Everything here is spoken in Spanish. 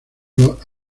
los